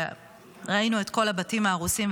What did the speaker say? וראינו את כל הבתים ההרוסים,